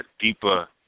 deeper